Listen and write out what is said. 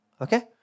Okay